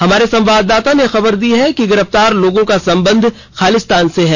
हमारे संवाददाता ने खबर दी है कि गिरफ्तार लोगों का संबंध खालिस्तान से है